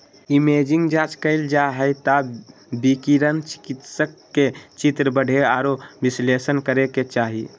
imaging जांच कइल जा हइ त विकिरण चिकित्सक के चित्र पढ़े औरो विश्लेषण करे के चाही